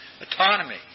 Autonomy